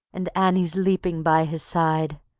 and annie's leaping by his side.